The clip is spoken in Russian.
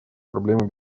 проблемы